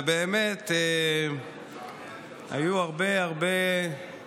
ובאמת היו הרבה הרבה